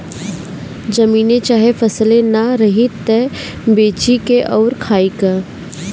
जमीने चाहे फसले ना रही त बेची का अउर खाई का